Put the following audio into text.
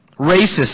racist